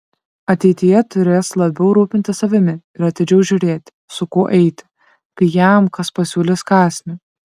ateityje turės labiau rūpintis savimi ir atidžiau žiūrėti su kuo eiti kai jam kas pasiūlys kąsnį